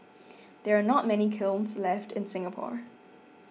there are not many kilns left in Singapore